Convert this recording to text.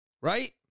right